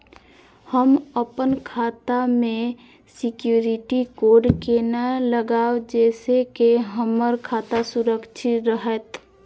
हम अपन खाता में सिक्युरिटी कोड केना लगाव जैसे के हमर खाता सुरक्षित रहैत?